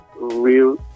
real